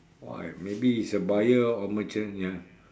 !wah! maybe is a buyer or merchant ya